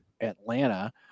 Atlanta